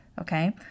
Okay